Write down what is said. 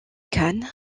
cannes